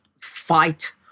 fight